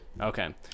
okay